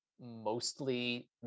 mostly